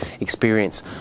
experience